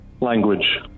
Language